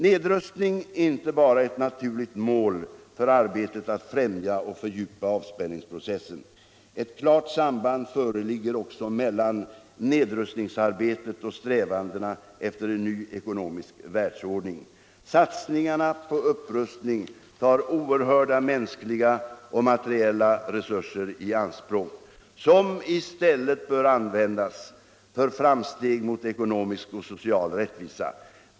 Nedrustning är inte bara ett naturligt mål för arbetet att främja och fördjupa avspänningsprocessen. Ett klart samband föreligger också mellan nedrustningsarbetet och strävandena efter en ny ekonomisk världsordning. Satsningarna på upprustning tar oerhörda mänskliga och materiella resurser i anspråk som i stället bör användas för framsteg mot ekonomisk och social rättvisa.